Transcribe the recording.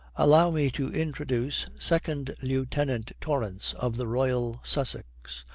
allow me to introduce second lieutenant torrance of the royal sussex.